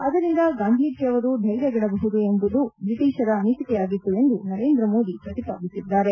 ಅದರಿಂದ ಗಾಂಧೀಜಿ ಅವರು ಧೈರ್ಯಗೆಡಬಹುದು ಎಂಬುವುದು ಬ್ರಿಟಿಷರ ಅನಿಸಿಕೆಯಾಗಿತ್ತು ಎಂದು ನರೇಂದ್ರ ಮೋದಿ ಪ್ರತಿಪಾದಿಸಿದ್ದಾರೆ